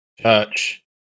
church